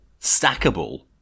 stackable